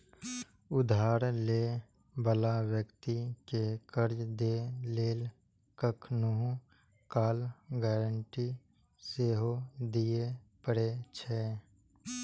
उधार लै बला व्यक्ति कें कर्ज दै लेल कखनहुं काल गारंटी सेहो दियै पड़ै छै